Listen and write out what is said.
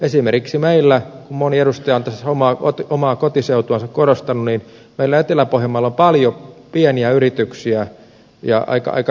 esimerkiksi meillä etelä pohjanmaalla kun moni edustaja on tässä omaa kotiseutuansa korostanut on paljon pieniä yrityksiä ja aika elinvoimaisia sellaisia